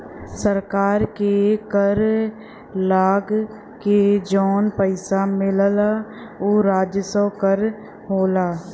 सरकार के कर लगा के जौन पइसा मिलला उ राजस्व कर होला